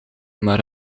maar